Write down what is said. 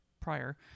prior